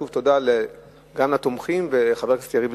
שוב תודה גם לתומכים וגם לחבר הכנסת יריב